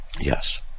Yes